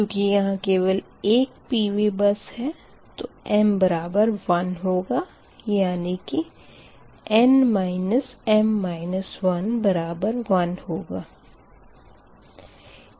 चूँकि यहाँ केवल एक PV बस है तो m बराबर 1 होगा यानी की n m 1 बराबर 1 होगा